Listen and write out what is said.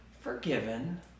forgiven